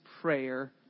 prayer